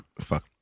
Fuck